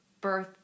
birth